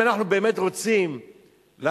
אם אנחנו באמת רוצים לעזור,